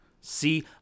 See